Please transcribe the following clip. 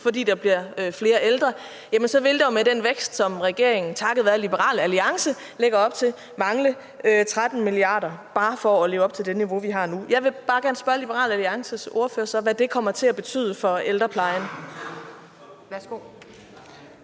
fordi der bliver flere ældre, så vil der med den vækst, som regeringen takket være Liberal Alliance lægger op til, mangle 13 mia. kr. for bare at leve op til det niveau, vi har nu. Jeg vil bare gerne spørge Liberal Alliances ordfører, hvad det kommer til at betyde for ældreplejen. Kl.